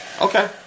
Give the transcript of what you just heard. Okay